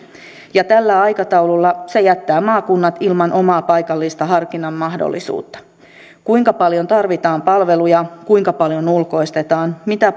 ja tällä aikataululla se jättää maakunnat ilman omaa paikallista harkinnan mahdollisuutta kuinka paljon tarvitaan palveluja kuinka paljon ulkoistetaan mitä